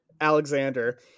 Alexander